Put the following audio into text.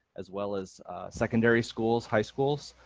as well as secondary schools, high schools,